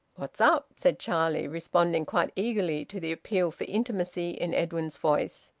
what's up? said charlie, responding quite eagerly to the appeal for intimacy in edwin's voice.